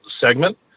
segment